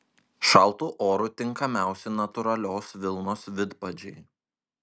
šaltu oru tinkamiausi natūralios vilnos vidpadžiai